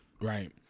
right